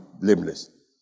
blameless